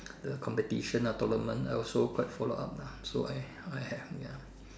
the competition the tournament I also quite follow up lah so I I have ya